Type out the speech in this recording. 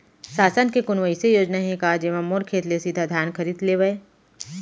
शासन के कोनो अइसे योजना हे का, जेमा मोर खेत ले सीधा धान खरीद लेवय?